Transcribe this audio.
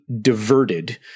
diverted